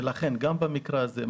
לכן גם במקרה הזה,